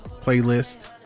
playlist